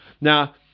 Now